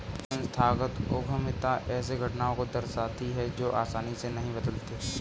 संस्थागत उद्यमिता ऐसे घटना को दर्शाती है जो आसानी से नहीं बदलते